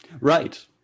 Right